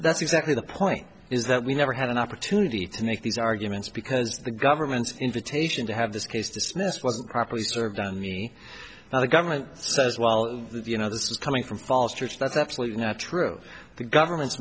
that's exactly the point is that we never had an opportunity to make these arguments because the government's invitation to have this case dismissed wasn't properly served on me and the government says well you know this is coming from falls church that's absolutely not true the government's